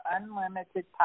unlimited